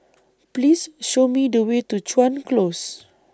Please Show Me The Way to Chuan Close